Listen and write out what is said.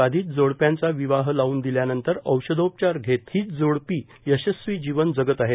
बाधीत जोडप्यांचा विवाह लावून दिल्यानंतर औषधोपचार घेत हिच जोडपी यशस्वी जिवन जगत आहेत